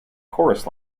chorus